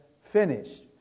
finished